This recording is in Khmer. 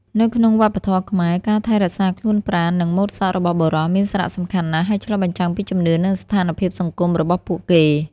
នៅក្នុងវប្បធម៌ខ្មែរ ការថែរក្សាខ្លួនប្រាណ និងម៉ូតសក់របស់បុរសមានសារៈសំខាន់ណាស់ ហើយឆ្លុះបញ្ចាំងពីជំនឿ និងស្ថានភាពសង្គមរបស់ពួកគេ។